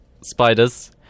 Spiders